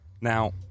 Now